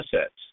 assets